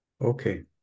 Okay